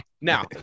now